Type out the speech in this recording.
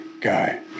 guy